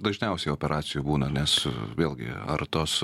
dažniausiai operacijų būna nes vėlgi ar tos